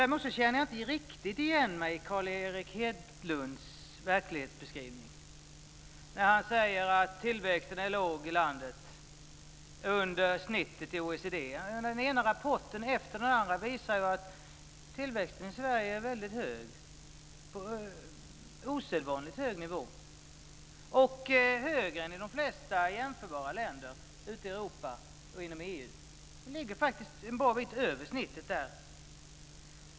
Däremot känner jag inte riktigt igen mig i Carl Erik Hedlunds verklighetsbeskrivning. Han säger att tillväxten är låg i landet och att den ligger under genomsnittet i OECD. Den ena rapporten efter den andra visar ju att tillväxten i Sverige är väldigt hög. Den ligger på en osedvanligt hög nivå. Den är högre än i de flesta jämförbara länder i Europa och inom EU. Den ligger faktiskt en bra bit över genomsnittet där.